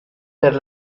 per